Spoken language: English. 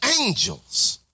angels